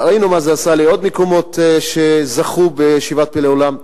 ראינו מה זה עשה לעוד מקומות שזכו להיות בשבעת פלאי עולם,